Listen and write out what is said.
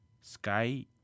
Sky